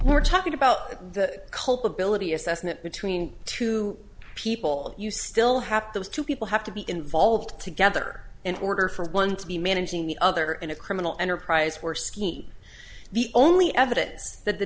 we're talking about the culpability assessment between two people you still have those two people have to be involved together in order for one to be managing the other in a criminal enterprise where skeete the only evidence that the